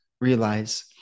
realize